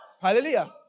Hallelujah